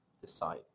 decide